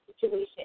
situation